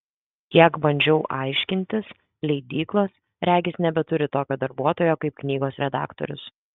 kiek bandžiau aiškintis leidyklos regis nebeturi tokio darbuotojo kaip knygos redaktorius